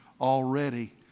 already